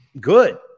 good